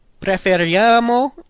preferiamo